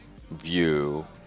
view